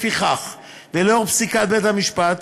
לפיכך, ולאור פסיקת בית-המשפט,